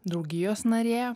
draugijos narė